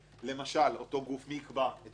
למשל, אותו גוף, מי יקבע את עלויות הפיתוח,